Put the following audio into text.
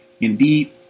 Indeed